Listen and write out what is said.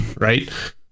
right